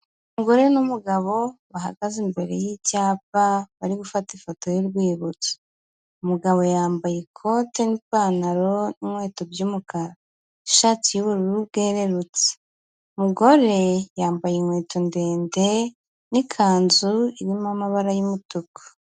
Umugore n'umugabo bahagaze imbere y'icyapa, bari gufata ifoto y'urwibutso, umugabo yambaye ikote n'ipantaro n'inkweto by'umukara, ishati y'ubururu bwererutse, umugore yambaye inkweto ndende n'ikanzu irimo amabara y'umutuku.